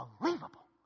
unbelievable